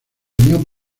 union